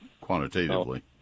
quantitatively